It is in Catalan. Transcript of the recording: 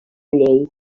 llei